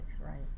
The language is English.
right